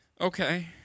Okay